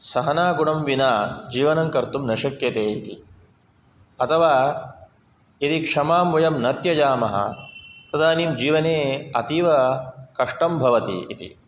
सहनागुणं विना जीवनं कर्तुं न शक्यते इति अथवा यदि क्षमां वयं न त्यजामः तदानीं जीवने अतीवकष्टं भवति इति